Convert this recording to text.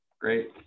great